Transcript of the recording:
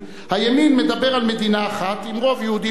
הימין מדבר על מדינה אחת עם רוב יהודי מוצק.